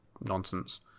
nonsense